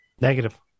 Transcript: Negative